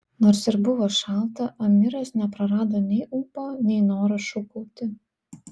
nors ir buvo šalta amiras neprarado nei ūpo nei noro šūkauti